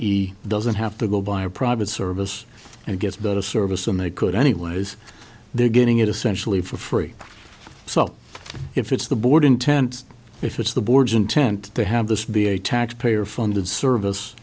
e doesn't have to go buy a private service and gets better service than they could anyways they're getting it essentially for free so if it's the board intent if it's the board's intent they have this be a tax payer funded service